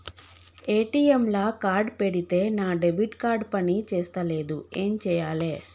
ATM లా card పెడితే నా డెబిట్ కార్డ్ పని చేస్తలేదు ఏం చేయాలే?